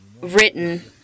written